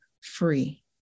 free